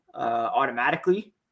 automatically